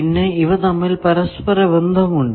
പിന്നെ ഇവ തമ്മിൽ പരസ്പര ബന്ധമുണ്ട്